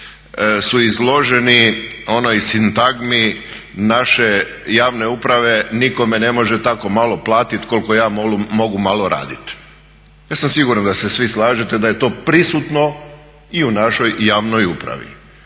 su izloženi onoj sintagmi naše javne uprave niko me ne može tako malo platit koliko ja mogu malo radit. Ja sam siguran da se svi slažete da je to prisutno i u našoj javnoj upravi.